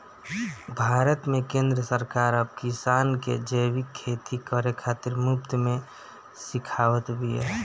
भारत में केंद्र सरकार अब किसान के जैविक खेती करे खातिर मुफ्त में सिखावत बिया